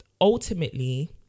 ultimately